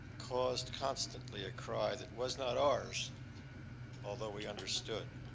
caused constantly a cry that was not ours although we understood.